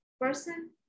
person